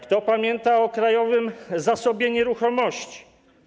Kto pamięta o Krajowym Zasobie Nieruchomości?